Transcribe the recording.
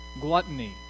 gluttony